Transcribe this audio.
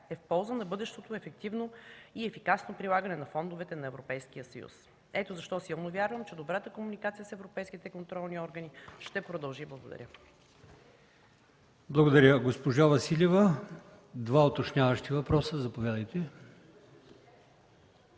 е в полза на бъдещото ефективно и ефикасно прилагане на фондовете на Европейския съюз. Ето защо силно вярвам, че добрата комуникация с европейските контролни органи ще продължи. Благодаря. ПРЕДСЕДАТЕЛ АЛИОСМАН ИМАМОВ: Благодаря. Госпожа Василева – два уточняващи въпроса. Заповядайте.